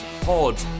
pod